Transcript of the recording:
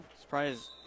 surprise